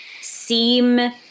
seem